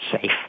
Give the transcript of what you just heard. safe